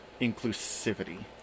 inclusivity